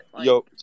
Yo